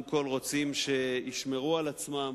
רוצים שהם ישמרו על עצמם.